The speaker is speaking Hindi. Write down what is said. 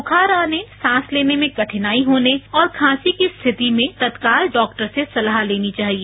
बुखार आने सांस लेने में कठिनाई होने और खांसी की स्थिति में तत्काल डॉक्टर से सलाह लेनी चाहिए